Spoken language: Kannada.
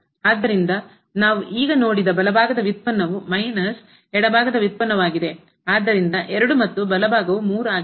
ಆದ್ದರಿಂದ ನಾವು ಈಗ ನೋಡಿದ ಬಲಭಾಗದ ವ್ಯುತ್ಪನ್ನವು ಮೈನಸ್ ಎಡಭಾಗದ ವ್ಯುತ್ಪನ್ನವಾಗಿದೆ ಆದ್ದರಿಂದ 2 ಮತ್ತು ಬಲಭಾಗವು 3 ಆಗಿತ್ತು